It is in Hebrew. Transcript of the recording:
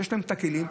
שיש להם את הכלים,